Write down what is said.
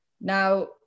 Now